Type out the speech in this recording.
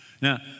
Now